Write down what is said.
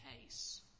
case